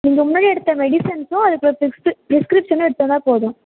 நீங்கள் முன்னாடி எடுத்த மெடிசன்சும் அதுக்குள்ள பிஸ் பிரிஸ்கிப்சன்லாம் எடுத்து வந்தால் போதும்